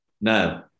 No